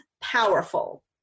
powerful